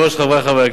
חברי חברי הכנסת,